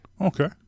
Okay